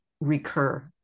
recur